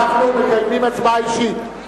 אנחנו מקיימים הצבעה אישית.